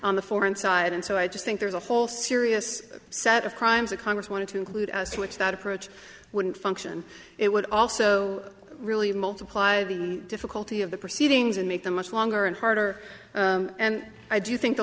on the foreign side and so i just think there's a whole serious set of crimes that congress wanted to include switch that approach wouldn't function it would also really multiply the difficulty of the proceedings and make them much longer and harder and i do think the